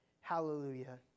Hallelujah